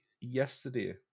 yesterday